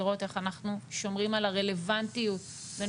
לראות איך אנחנו שומרים על הרלוונטיות בין